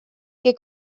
que